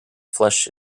flesh